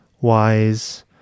wise